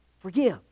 Forgive